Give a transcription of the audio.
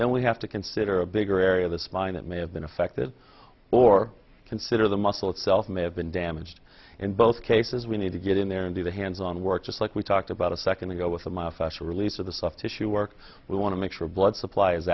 then we have to consider a bigger area of the spine that may have been affected or consider the muscle itself may have been damaged in both cases we need to get in there and do the hands on work just like we talked about a second ago with my official release of the soft tissue work we want to make sure blood supply is